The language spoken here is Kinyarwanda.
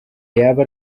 yaba